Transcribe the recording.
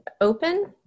open